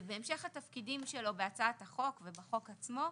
ובהמשך לתפקידים שלו בהצעת החוק ובחוק עצמו,